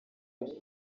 pombe